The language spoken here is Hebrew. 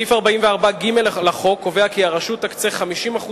סעיף 44ג לחוק קובע כי הרשות תקצה 50%